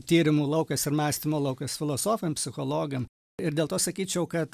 tyrimų laukas ir mąstymo laukas filosofam psichologam ir dėl to sakyčiau kad